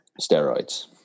steroids